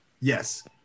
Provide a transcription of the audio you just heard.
Yes